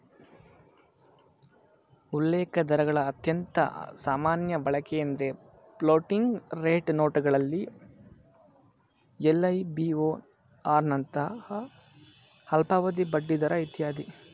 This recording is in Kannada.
ಉಲ್ಲೇಖದರಗಳ ಅತ್ಯಂತ ಸಾಮಾನ್ಯ ಬಳಕೆಎಂದ್ರೆ ಫ್ಲೋಟಿಂಗ್ ರೇಟ್ ನೋಟುಗಳಲ್ಲಿ ಎಲ್.ಐ.ಬಿ.ಓ.ಆರ್ ನಂತಹ ಅಲ್ಪಾವಧಿ ಬಡ್ಡಿದರ ಇತ್ಯಾದಿ